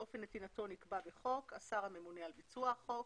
שאופן נתינתו נקבע בחוק - השר הממונה על ביצוע החוק.